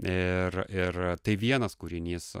ir ir tai vienas kūrinys